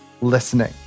listening